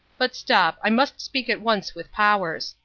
but stop, i must speak at once with powers.